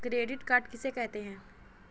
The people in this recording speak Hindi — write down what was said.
क्रेडिट कार्ड किसे कहते हैं?